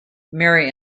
mary